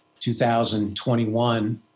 2021